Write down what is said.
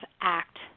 act